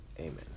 Amen